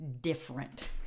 different